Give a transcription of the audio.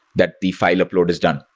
that the file up load is done?